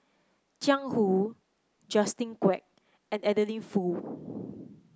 Jiang Hu Justin Quek and Adeline Foo